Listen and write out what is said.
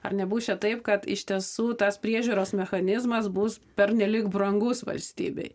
ar nebus čia taip kad iš tiesų tas priežiūros mechanizmas bus pernelyg brangus valstybei